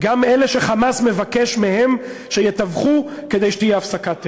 גם אלה ש"חמאס" מבקש מהם שיתווכו כדי שתהיה הפסקת אש.